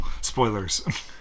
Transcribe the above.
Spoilers